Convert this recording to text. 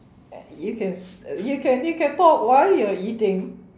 you can you can you can talk while you're eating